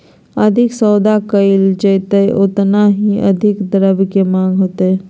अधिक सौदा कइल जयतय ओतना ही अधिक द्रव्य के माँग होतय